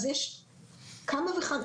אז יש כמה וכמה מקומות,